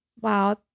Wow